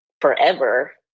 forever